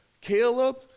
Caleb